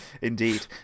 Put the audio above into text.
Indeed